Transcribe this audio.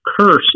curse